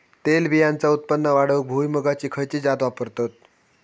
तेलबियांचा उत्पन्न वाढवूक भुईमूगाची खयची जात वापरतत?